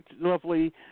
lovely